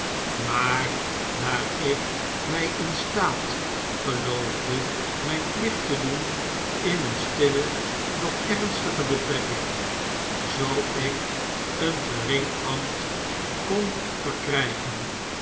maar daar ik my in staat geloofde myn plicht te doen in een stille doch ernstige betrekking zoo ik een gering ambt kon verkrygen